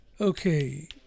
Okay